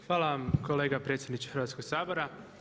Hvala vam kolega predsjedniče Hrvatskog sabora.